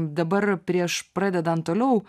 dabar prieš pradedant toliau